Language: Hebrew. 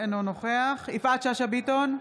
אינו נוכח יפעת שאשא ביטון,